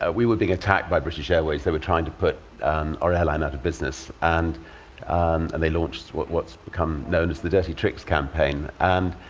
ah we were being attacked by british airways. they were trying to put our airline out of business, and and they launched what's become known as the dirty tricks campaign. and